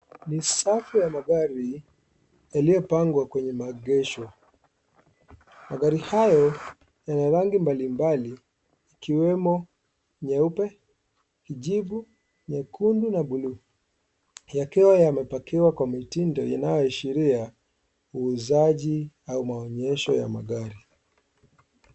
Ni safu ya magari yaliyo pangwa kwenye maegesho magari hayo yana rangi mbali mbali ikiwemo nyeupe kijivu nyekundu na bluu. Yakiwa yamepakiwa kwa mitindo inayoashiria uuzaji au maonyesho ya magari.